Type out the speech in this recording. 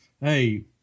hey